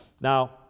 Now